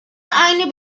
aynı